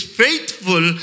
faithful